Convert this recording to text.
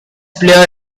player